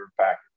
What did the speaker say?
package